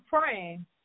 praying